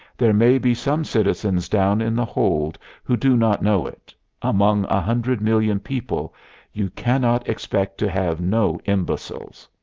there may be some citizens down in the hold who do not know it among a hundred million people you cannot expect to have no imbeciles.